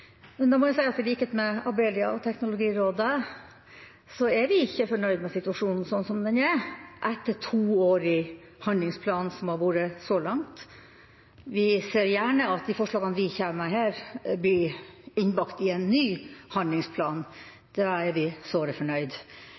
i likhet med Abelia og Teknologirådet, at vi ikke er fornøyd med situasjonen så langt, sånn som den er etter to år med en handlingsplan. Vi ser gjerne at de forslagene vi kommer med her, blir innbakt i en ny handlingsplan. Da er vi såre